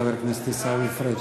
חבר הכנסת עיסאווי פריג'.